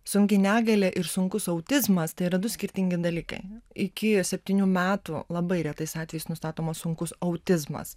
sunki negalia ir sunkus autizmas tai yra du skirtingi dalykai iki septinių metų labai retais atvejais nustatomas sunkus autizmas